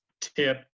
tip